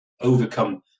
overcome